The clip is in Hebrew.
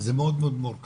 זה מאוד מורכב,